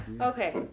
Okay